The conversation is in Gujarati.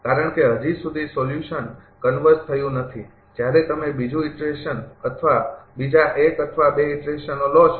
કારણ કે હજી સુધી સોલ્યુશન કન્વર્ઝ થયું નથી જ્યારે તમે બીજુ ઇટરેશન અથવા બીજા ૧ અથવા ૨ ઈટરેશનો લો છો